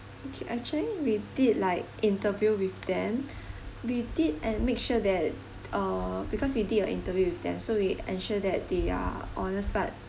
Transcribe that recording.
okay actually we did like interview with them we did and make sure that uh because we did a interview with them so we ensure that they are honest but